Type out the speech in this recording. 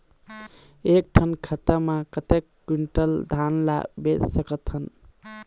एक ठन खाता मा कतक क्विंटल धान ला बेच सकथन?